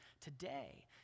today